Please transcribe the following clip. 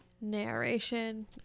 Narration